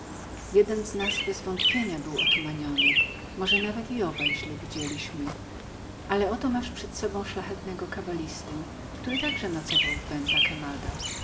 jeden z nas bezwątpienia był otumanionym może nawet i oba źle widzieliśmy ale oto masz przed sobą szlachetnego kabalistę który także nocował w venta quemadaventa